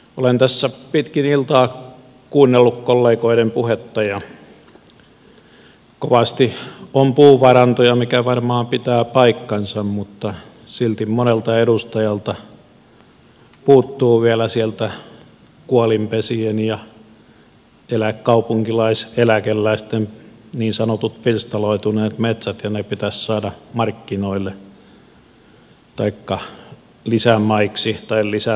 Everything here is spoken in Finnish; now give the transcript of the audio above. olen tässä pitkin iltaa kuunnellut kollegoiden puhetta ja kovasti on puuvarantoja mikä varmaan pitää paikkansa mutta silti monelta edustajalta puuttuu vielä kuolinpesien ja kaupunkilaiseläkeläisten niin sanotut pirstaloituneet metsät ja ne pitäisi saada markkinoille taikka lisämaiksi tai lisämetsiksi myyntiin